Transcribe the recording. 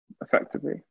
effectively